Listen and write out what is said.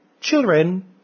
children